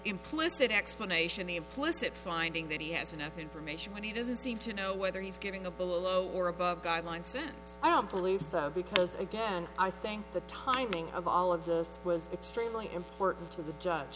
implicit explanation the implicit finding that he has enough information when he doesn't seem to know whether he's giving the below or above guidelines since i don't believe so because again i think the timing of all of this was extremely important to the judge